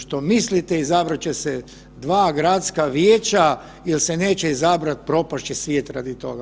Što mislite izabrat će se dva gradska vijeća il se neće izabrat, propast će svijet radi toga.